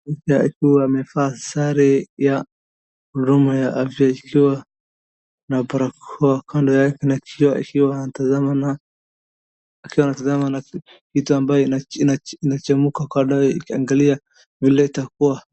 Mtu akiwa amevaa sare ya huduma ya afya ikiwa na barakoa. Kando yake ni akiwa anatazama kitu ambayo ianachemka ikiangalia vile itakuwa.